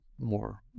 more